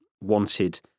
wanted